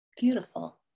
Beautiful